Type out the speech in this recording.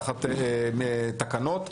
תחת תקנות,